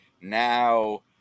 now